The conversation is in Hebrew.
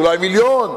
אולי מיליון.